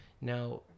now